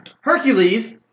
Hercules